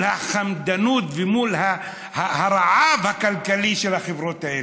החמדנות ומול הרעב הכלכלי של החברות האלו.